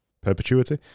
perpetuity